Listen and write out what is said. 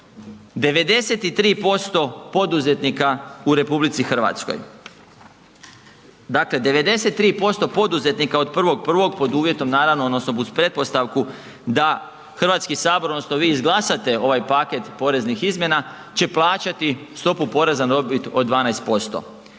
93% poduzetnika u RH. Dakle, 93% poduzetnika od 1.1. pod uvjetom naravno odnosno uz pretpostavku da Hrvatski sabor odnosno vi izglasate ovaj paket poreznih izmjena će plaćati stopu poreza na dobit od 12%.